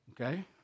Okay